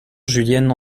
julienne